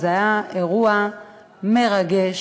שזה היה אירוע מרגש,